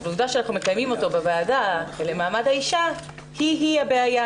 אבל העובדה שאנחנו מקיימים אותו בוועדה למעמד האישה היא-היא הבעיה,